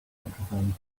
microphone